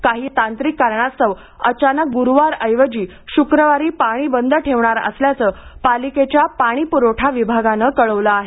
काही तांत्रिक कारणास्तव अचानक गुरुवार ऐवजी शुक्रवारी पाणी बंद ठेवणार असल्याचे पालिकेच्या पाणीपुरवठा विभागानं कळवलं आहे